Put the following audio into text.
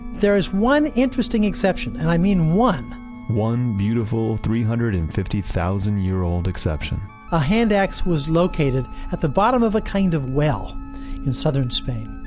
there is one interesting exception and i mean one one beautiful three hundred and fifty thousand year old exception a hand axe was located at the bottom of a kind of well in southern spain.